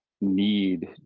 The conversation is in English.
need